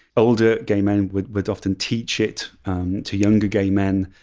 older gay men would would often teach it to younger gay men,